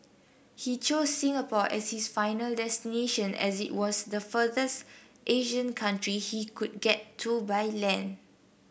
he chose Singapore as his final destination as it was the furthest Asian country he could get to by land